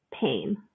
pain